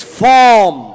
form